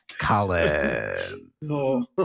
Colin